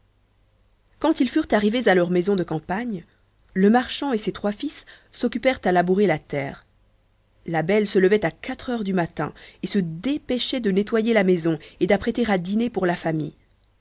quand ils furent arrivés à leur maison de campagne le marchand et ses trois fils s'occupèrent à labourer la terre la belle se levait à quatre heures du matin et se dépêchait de nétoyer la maison et d'apprêter à dîner pour la famille